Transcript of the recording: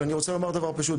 אבל אני רוצה לומר דבר פשוט.